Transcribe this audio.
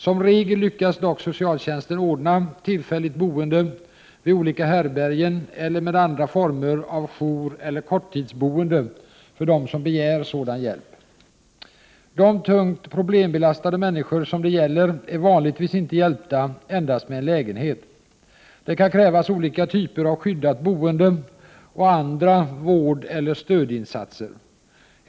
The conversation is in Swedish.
Som regel lyckas dock socialtjänsten ordna tillfälligt boende vid olika härbärgen eller andra former av joureller korttidsboende för dem som begär sådan hjälp. De tungt problembelastade människor som det gäller är vanligtvis inte hjälpta endast med en lägenhet. Det kan krävas olika typer av skyddat boende och andra vårdeller stödinsatser.